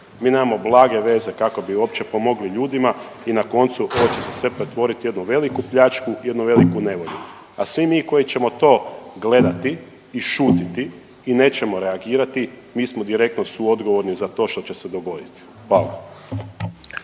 Mi nemamo blage veze kako bi uopće pomogli ljudima i na koncu ovo će se sve pretvoriti u jednu veliku pljačku i u jednu veliku nevolju, a svi mi koji ćemo to gledati i šutiti i nećemo reagirati, mi smo direktno suodgovorni za to što će se dogoditi. Hvala.